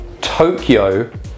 Tokyo